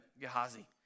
Gehazi